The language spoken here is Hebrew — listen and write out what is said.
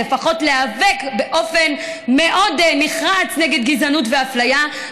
לפחות להיאבק באופן מאוד נחרץ נגד גזענות ואפליה.